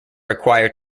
required